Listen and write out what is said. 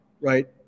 right